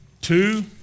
two